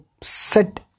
set